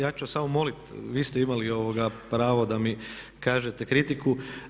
Ja ću samo moliti, vi ste imali pravo da mi kažete kritiku.